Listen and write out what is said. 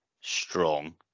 strong